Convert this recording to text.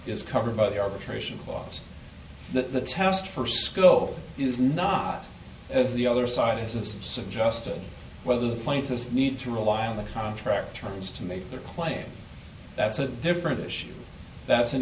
is covered by the arbitration clause the test for sco is not as the other side is it's suggested whether the plaintiffs need to rely on the contract terms to make their claim that's a different issue that's an